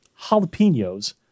jalapenos